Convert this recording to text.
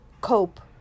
cope